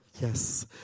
Yes